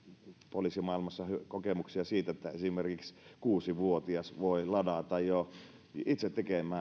poliisimaailmassa kokemuksia siitä että esimerkiksi kuusivuotias voi jo ladata itse